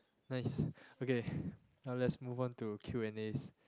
nice okay now let's move on to Q-and-A